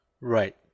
Right